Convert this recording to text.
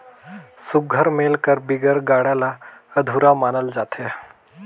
सुग्घर मेल कर बिगर गाड़ा ल अधुरा मानल जाथे